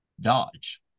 Dodge